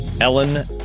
Ellen